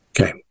okay